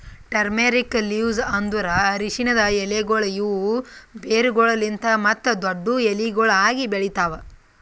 turmeric leaves ಅಂದುರ್ ಅರಶಿನದ್ ಎಲೆಗೊಳ್ ಇವು ಬೇರುಗೊಳಲಿಂತ್ ಮತ್ತ ದೊಡ್ಡು ಎಲಿಗೊಳ್ ಆಗಿ ಬೆಳಿತಾವ್